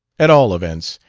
at all events,